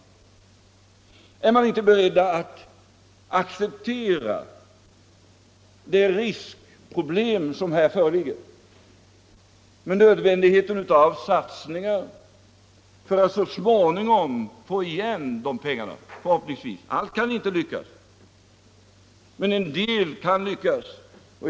Man måste vara beredd att acceptera de risker som här föreligger, eftersom det är nödvändigt att göra satsningar för att så småningom, förhoppningsvis, få igen pengarna. Allt kan inte lyckas, men en del kan göra det.